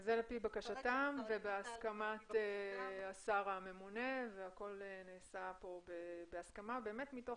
זה על פי בקשתם ובהסכמת השר הממונה והכל נעשה בהסכמה מתוך